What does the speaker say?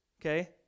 Okay